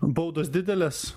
baudos didelės